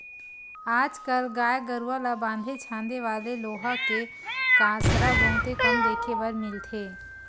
आज कल गाय गरूवा ल बांधे छांदे वाले लोहा के कांसरा बहुते कम देखे बर मिलथे